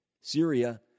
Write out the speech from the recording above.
Syria